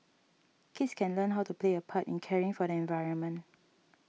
kids can learn how to play a part in caring for the environment